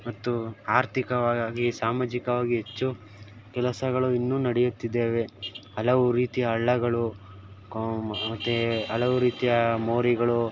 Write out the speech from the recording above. ಮತ್ತು ಆರ್ಥಿಕವಾಗಿ ಸಾಮಾಜಿಕವಾಗಿ ಹೆಚ್ಚು ಕೆಲಸಗಳು ಇನ್ನು ನಡೆಯುತ್ತಿದ್ದೇವೆ ಹಲವು ರೀತಿಯ ಹಳ್ಳಗಳು ಕ ಮತ್ತು ಹಲವು ರೀತಿಯ ಮೋರಿಗಳು